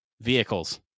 vehicles